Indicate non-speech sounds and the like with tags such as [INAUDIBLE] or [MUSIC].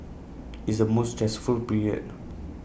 [NOISE] is the most stressful period